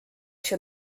się